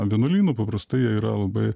vienuolynų paprastai jie yra labai